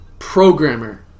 programmer